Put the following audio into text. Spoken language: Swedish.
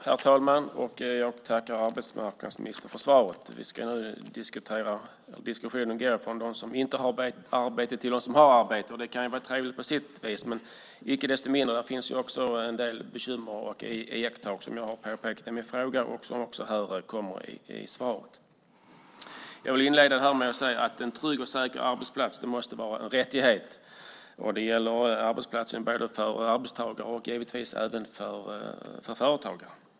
Herr talman! Jag vill tacka arbetsmarknadsministern så mycket för svaret. Diskussionen går här från dem som inte har arbete till dem som har arbete. Det kan vara trevligt på sitt vis. Men icke desto mindre finns det också en del bekymmer och iakttagelser, som jag i min interpellation pekar på och som också nämns i svaret. En trygg och säker arbetsplats måste vara en rättighet på arbetsplatsen. Det gäller för både arbetstagare och, givetvis, företagare.